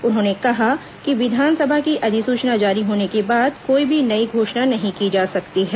उन्होंने कहा कि विधानसभा की अधिसुचना जारी होने के बाद कोई भी नई घोषणा नहीं की जा सकती है